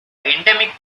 endemic